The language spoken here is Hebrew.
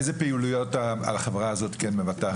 איזה פעילויות החברה הזאת מבטחת?